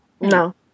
No